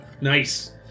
Nice